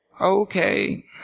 okay